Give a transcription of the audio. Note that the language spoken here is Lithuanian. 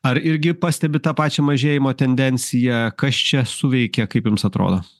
ar irgi pastebit tą pačią mažėjimo tendenciją kas čia suveikia kaip jums atrodo